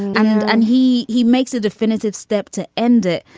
and and he he makes a definitive step to end it.